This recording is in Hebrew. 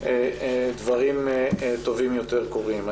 דברים טובים יותר קורים.